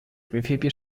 principio